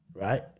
Right